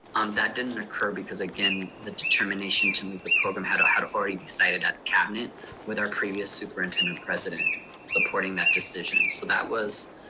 um that didn't occur, because again, the determination to move the program had had already decided at the cabinet with our previous superintendent-president supporting that decision. so that was